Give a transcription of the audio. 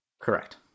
Correct